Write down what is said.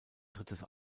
drittes